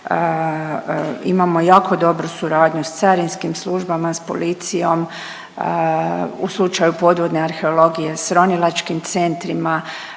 imamo jako dobru suradnju s carinskim službama, s policijom, u slučaju podvodne arheologije s ronilačkim centrima,